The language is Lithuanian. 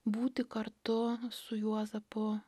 būti kartu su juozapu